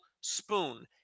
spoon